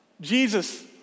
Jesus